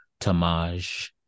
Tamaj